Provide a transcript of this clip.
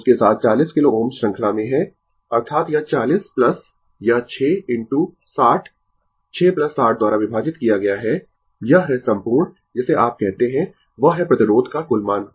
उसके साथ 40 किलो Ω श्रृंखला में है अर्थात यह 40 यह 6 इनटू 60 6 60 द्वारा विभाजित किया गया है यह है संपूर्ण जिसे आप कहते है वह है प्रतिरोध का कुल मान